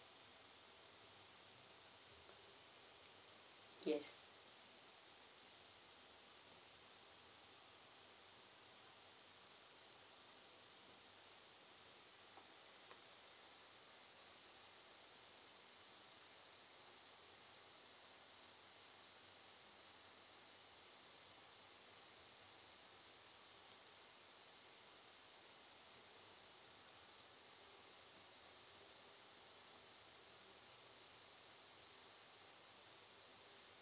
yes